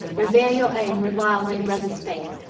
revere your own, revile no brother's faith.